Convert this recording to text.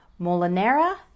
Molinera